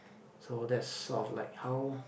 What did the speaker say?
so that sort of like how